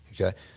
okay